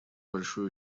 большой